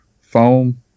foam